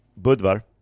budvar